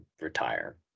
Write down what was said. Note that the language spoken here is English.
retire